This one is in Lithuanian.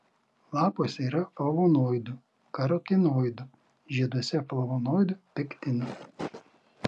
lapuose yra flavonoidų karotinoidų žieduose flavonoidų pektinų